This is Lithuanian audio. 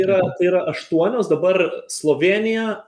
yra tai yra aštuonios dabar slovėnija